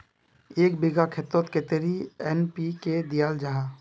एक बिगहा खेतोत कतेरी एन.पी.के दियाल जहा?